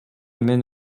мен